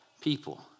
people